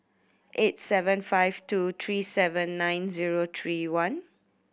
eight seven five two three seven nine zero three one